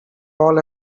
all